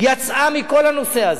יצאה מכל הנושא הזה,